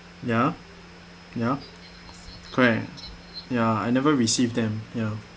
ya ya correct ya I never received them ya